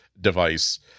device